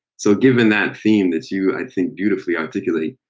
so given that theme that you, i think, beautifully articulate,